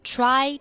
Try